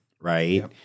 right